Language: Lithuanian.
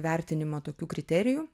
vertinimo tokių kriterijų